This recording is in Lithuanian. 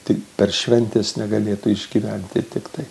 tik per šventes negalėtų išgyventi tiktai